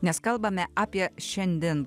nes kalbame apie šiandien